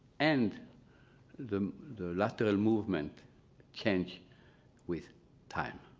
and the the lateral movement change with time.